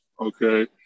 okay